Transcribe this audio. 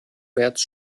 märz